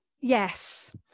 Yes